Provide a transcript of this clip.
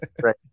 right